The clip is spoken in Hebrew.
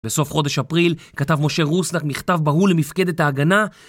בסוף חודש אפריל כתב משה רוסנק מכתב בהול למפקדת ההגנה